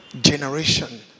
generation